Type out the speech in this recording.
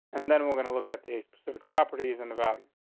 and then we're gonna look at the specific properties in the value.